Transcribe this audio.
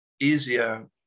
easier